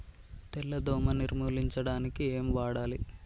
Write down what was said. తెల్ల దోమ నిర్ములించడానికి ఏం వాడాలి?